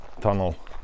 tunnel